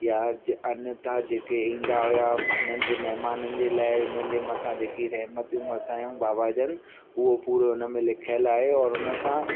या अन्यथा जेके ईंदा हुआ उन्हनि जे महिमाननि जे लाइ उन्हनि जे मथां जेकी रहमतियूं वसायूं बाबा जन उहो पूरो हुनमें लिखियलु आहे औरि हुन सां